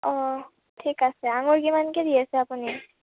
অঁ ঠিক আছে আঙুৰ কিমানকৈ দি আছে আপুনি